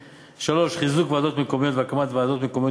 3. חיזוק ועדות מקומיות והקמת ועדות מקומיות